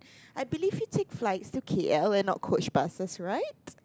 I believe you take flights to K_L and not coach buses right